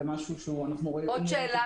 זה משהו שאנחנו רואים אותו --- עוד שאלה